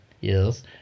Yes